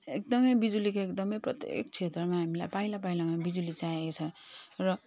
एकदमै बिजुलीको एकदमै प्रत्येक क्षेत्रमा हामीलाई पाइला पाइलामा बिजुली चाहिएको छ र